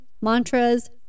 mantras